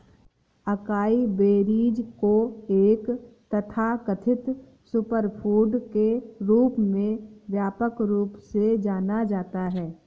acai berries को एक तथाकथित सुपरफूड के रूप में व्यापक रूप से जाना जाता है